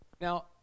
Now